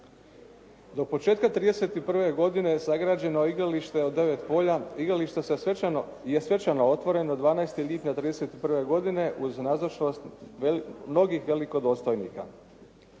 Do početka 1931. godine sagrađeno je igralište od 9 polja. Igralište se svečano, je svečano otvoreno 12. lipnja 1931. godine uz nazočnost mnogih velikodostojnika.